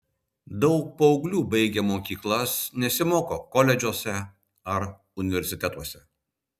daug paauglių baigę mokyklas nesimoko koledžuose ar universitetuose